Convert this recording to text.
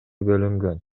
бөлүнгөн